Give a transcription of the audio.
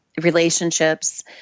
relationships